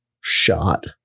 shot